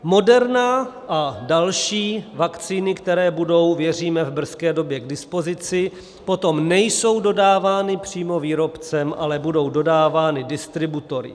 Moderna a další vakcíny, které budou, věříme, v brzké době k dispozici, potom nejsou dodávány přímo výrobcem, ale budou dodávány distributory.